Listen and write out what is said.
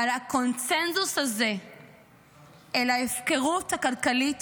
אבל הקונסנזוס הזה על ההפקרות הכלכלית